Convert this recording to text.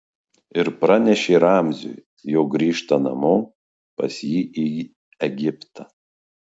ir pranešė ramziui jog grįžta namo pas jį į egiptą